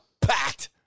packed